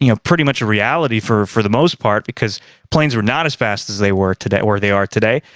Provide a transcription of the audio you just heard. you know, pretty much a reality for for the most part because planes were not as fast as they were today. or, they are today,